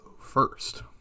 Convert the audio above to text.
first